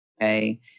Okay